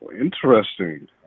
Interesting